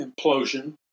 implosion